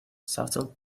subtle